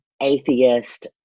atheist